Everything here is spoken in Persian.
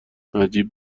نجیب